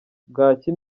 bwacyi